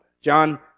John